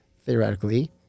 theoretically